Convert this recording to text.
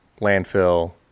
landfill